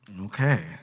Okay